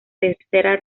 tercera